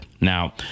Now